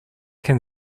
can